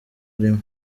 irimo